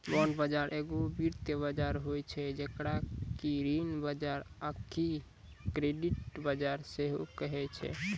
bond बजार एगो वित्तीय बजार होय छै जेकरा कि ऋण बजार आकि क्रेडिट बजार सेहो कहै छै